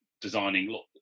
designing